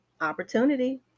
Opportunity